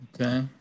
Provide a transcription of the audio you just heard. Okay